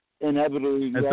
inevitably